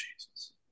Jesus